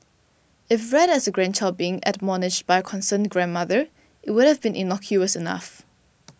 if read as a grandchild being admonished by a concerned grandmother it would have been innocuous enough